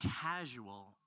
casual